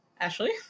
Ashley